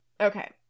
Okay